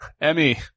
Emmy